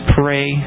pray